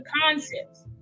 concepts